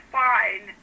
fine